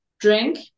drink